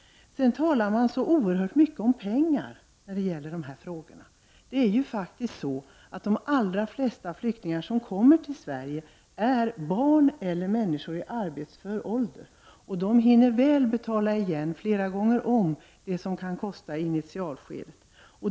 Man talar när det gäller de här frågorna så oerhört mycket om pengar. Det är ju faktiskt så att de allra flesta flyktingar som kommer till Sverige är barn eller personer i arbetsför ålder. De hinner flera gånger om betala igen vad de kan kosta i initialskedet.